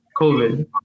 COVID